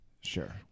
Sure